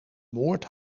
moord